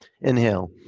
Inhale